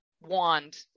wand